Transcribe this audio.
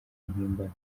impimbano